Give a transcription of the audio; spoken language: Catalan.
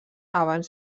abans